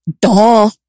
duh